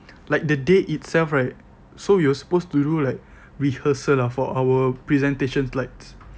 like the day itself right so we were supposed to do like rehearsal ah for our presentation slides